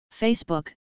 Facebook